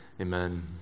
Amen